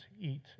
eat